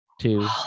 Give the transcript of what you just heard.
two